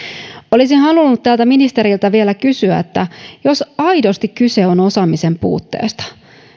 olisin halunnut täältä ministeriltä vielä kysyä jos aidosti kyse on osaamisen puutteesta